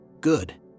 Good